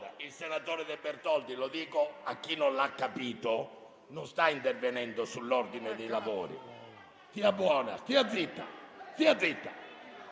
il senatore De Bertoldi - lo dico a chi non l'ha capito - non sta intervenendo sull'ordine dei lavori. *(Commenti)*. Stia buona, stia zitta,